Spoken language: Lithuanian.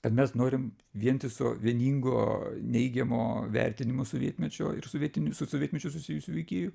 bet mes norim vientiso vieningo neigiamo vertinimo sovietmečio ir sovietinių su sovietmečiu susijusių veikėjų